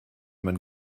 man